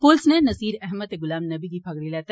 पुलस नै नसीर अहमद ते गुलाम नबी गी फगड़ी लैता